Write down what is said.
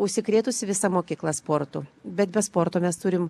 užsikrėtusi visa mokykla sportu bet be sporto mes turim